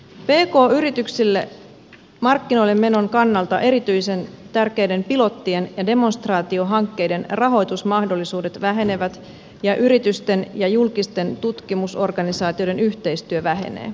pk yrityksille markkinoille menon kannalta erityisen tärkeiden pilottien ja demonstraatiohankkeiden rahoitusmahdollisuudet vähenevät ja yritysten ja julkisten tutkimusorganisaatioiden yhteistyö vähenee